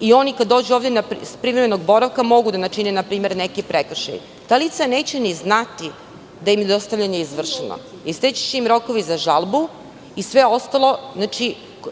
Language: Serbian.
i oni kada dođu ovde sa privremenog boravka mogu da načine neki prekršaj, ta lica neće ni znati da im je dostavljanje izvršeno, isteći će im rokovi za žalbu i sve ostalo što